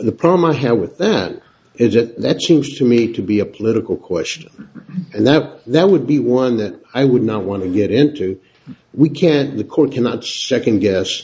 the problem i have with that is that that seems to me to be a political question and that there would be one that i would not want to get into we can the court cannot second guess